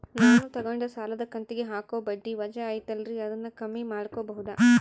ನಾನು ತಗೊಂಡ ಸಾಲದ ಕಂತಿಗೆ ಹಾಕೋ ಬಡ್ಡಿ ವಜಾ ಐತಲ್ರಿ ಅದನ್ನ ಕಮ್ಮಿ ಮಾಡಕೋಬಹುದಾ?